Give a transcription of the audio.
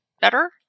better